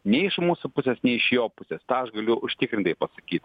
nei iš mūsų pusės nei iš jo pusės tą aš galiu užtikrintai pasakyt